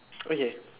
okay